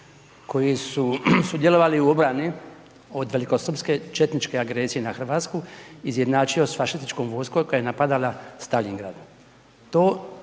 koji su sudjelovali u obrani od velikosrpske četničke agresije na Hrvatsku izjednačio sa fašističkom vojskom koja ne napadala Staljingrad,